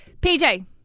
PJ